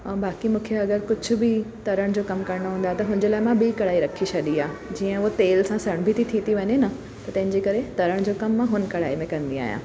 ऐं बाक़ी मूंखे अगरि कुझु बि तरण जो कम करणो हूंदो आहे त हुनजे लाइ मां ॿी कढ़ाई रखी छॾी आहे जीअं उहो तेल सां सनबी थी थी वञे ना त तंहिंजे करे तरण जो कम मां हुन कढ़ाई में कंदी आहियां